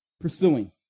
pursuing